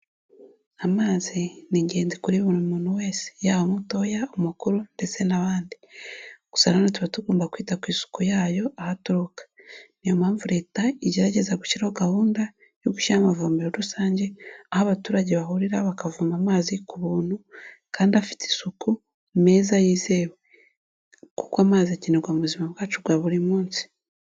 Amazi ni ingenzi kuri buri muntu wese, yaba mutoya, umukuru ndetse n'abandi. Gusa nanone tuba tugomba kwita ku isuku yayo aho aturuka. Niyo mpamvu leta igerageza gushyiraho gahunda yo gushyiraho amavomero rusange aho abaturage bahurira bakavoma amazi ku buntu kandi afite isuku meza yizewe, kuko amazi akenerwa mu buzima bwacu bwa buri munsi.